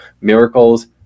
miracles